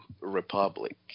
Republic